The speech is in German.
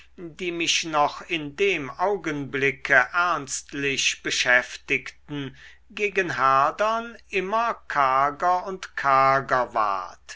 die mich noch in dem augenblicke ernstlich beschäftigten gegen herdern immer karger und